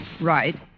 Right